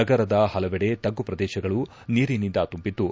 ನಗರದ ಹಲವೆಡೆ ತಗ್ಗು ಪ್ರದೇಶಗಳು ನೀರಿನಿಂದ ತುಂಬಿದ್ದು